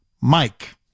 Mike